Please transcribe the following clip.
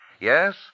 Yes